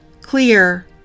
clear